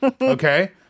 okay